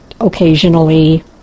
occasionally